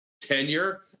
tenure